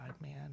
Man